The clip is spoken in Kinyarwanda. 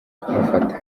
kumufata